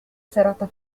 serata